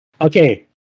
Okay